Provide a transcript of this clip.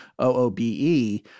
OOBE